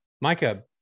Micah